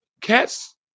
cats